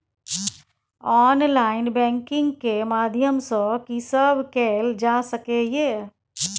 Online banking के माध्यम सं की सब कैल जा सके ये?